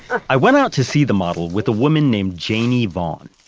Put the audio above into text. i went out to see the model with a woman named janie vaughn.